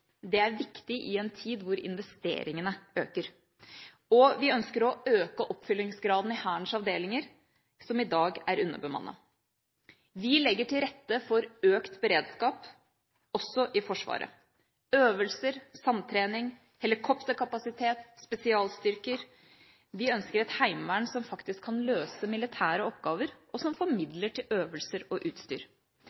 Det er viktig i en tid hvor investeringene øker. Og vi ønsker å øke oppfyllingsgraden i Hærens avdelinger som i dag er underbemanna. Vi legger til rette for økt beredskap – også i Forsvaret: øvelser, samtrening, helikopterkapasitet, spesialstyrker. Vi ønsker et heimevern som faktisk kan løse militære oppgaver, og som